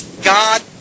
God